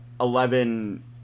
Eleven